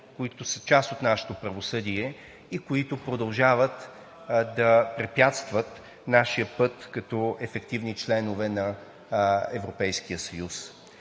които са част от нашето правосъдие, които продължават да препятстват нашия път като ефективни членове на Европейския съюз.